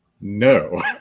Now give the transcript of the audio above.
No